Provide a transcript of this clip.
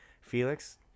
Felix